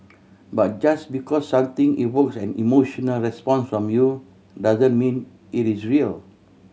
but just because something evokes an emotional response from you doesn't mean it is real